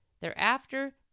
Thereafter